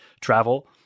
travel